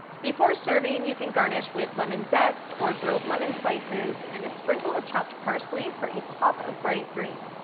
before serving, you can garnish with lemon zest or grilled lemon slices and a sprinkle of chopped parsley for a pop of bright green.